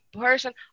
person